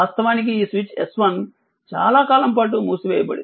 వాస్తవానికి ఈ switch S1 చాలా కాలం పాటు మూసివేయబడింది